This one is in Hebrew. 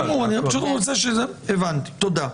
בסדר, הבנתי, תודה.